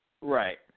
Right